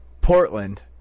Portland